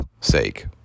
sake